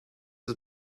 ist